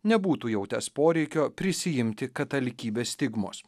nebūtų jautęs poreikio prisiimti katalikybės stigmos